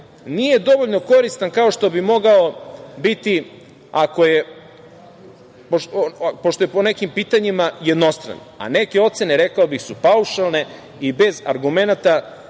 nije dovoljno koristan kao što bi mogao biti, pošto je po nekim pitanjima jednostran, a neke ocene, rekao bih, su paušalne i bez argumenata.